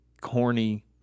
corny